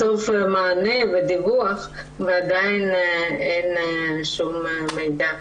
מענה ודיווח אבל עדיין אין כל מידע.